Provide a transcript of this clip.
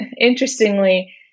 interestingly